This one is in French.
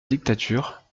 dictature